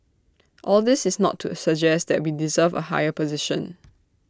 all this is not to suggest that we deserve A higher position